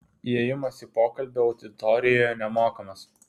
įėjimas į pokalbį auditorijoje nemokamas